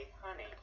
honey